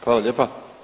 Hvala lijepa.